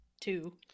two